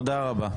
תודה רבה.